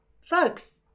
Folks